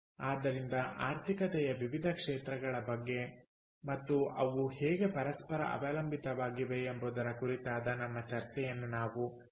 ಆದ್ದರಿಂದ ಆರ್ಥಿಕತೆಯ ವಿವಿಧ ಕ್ಷೇತ್ರಗಳ ಬಗ್ಗೆ ಮತ್ತು ಅವು ಹೇಗೆ ಪರಸ್ಪರ ಅವಲಂಬಿತವಾಗಿವೆ ಎಂಬುದರ ಕುರಿತಾದ ನಮ್ಮ ಚರ್ಚೆಯನ್ನು ನಾವು ಇಂದು ಇಲ್ಲಿಗೆ ನಿಲ್ಲಿಸುತ್ತೇವೆ